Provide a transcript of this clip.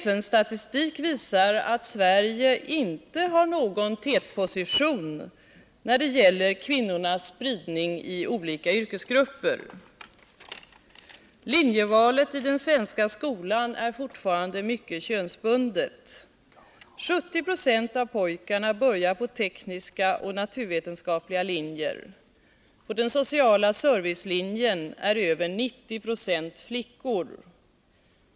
FN-statistik visar att Sverige inte har någon tätposition när det gäller kvinnornas spridning i olika yrkesgrupper. Linjevalet i den svenska Nr 52 skolan är fortfarande mycket könsbundet. Av pojkarna börjar 70 20 på Torsdagen den tekniska och naturvetenskapliga linjer. På den sociala servicelinjen är det 13 december 1979 över 90 90 flickor.